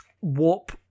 warp